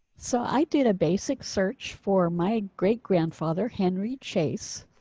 so i did a basic search for my great grandfather henry chase.